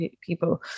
people